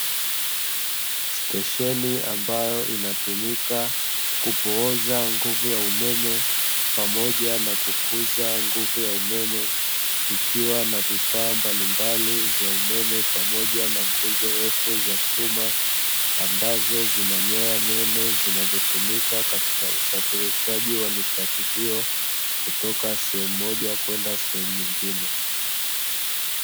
Stesheni ambayo inatumika kupooza nguvu ya umeme pamoja na kukuza nguvu ya umeme, ikiwa na vifaa mbalimbali vya umeme pamoja na nguzo refu za chuma, ambazo zina nyaya nene zinazotumika katika usafirishaji wa nishati hiyo kutoka sehemu moja kwenda sehemu nyingine.